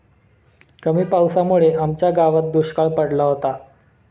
कमी पावसामुळे आमच्या गावात दुष्काळ पडला होता